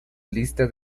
lista